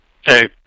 Hey